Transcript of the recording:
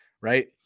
Right